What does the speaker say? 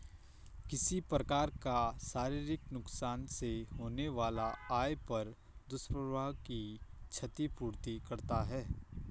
किसी प्रकार का शारीरिक नुकसान से होने वाला आय पर दुष्प्रभाव की क्षति पूर्ति करती है